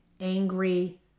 angry